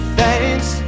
thanks